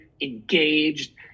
engaged